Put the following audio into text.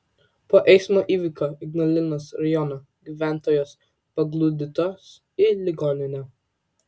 po eismo įvykio ignalinos rajono gyventojos paguldytos į ligoninę